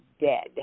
dead